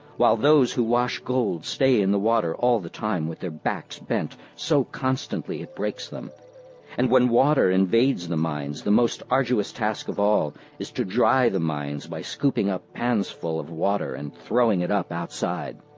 while those who wash gold stay in the water all the time with their backs bent so constantly it breaks them and when water invades the mines, the most arduous task of all is to dry the mines by scooping up pans full of water and throwing it up outside.